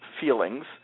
feelings